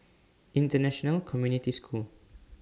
International Community School